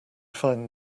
find